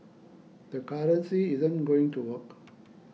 the currency isn't going to work